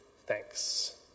thanks